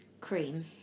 cream